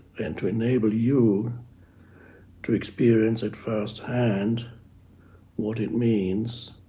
and to enable you to experience it firsthand what it means